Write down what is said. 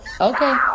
Okay